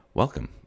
Welcome